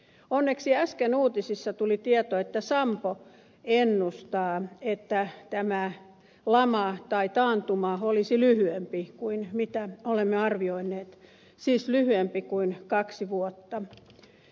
onneksi äsken uutisissa tuli tieto että sampo ennustaa että tämä lama tai taantuma olisi lyhyempi kuin olemme arvioineet siis lyhyempi kuin kaksi vuotta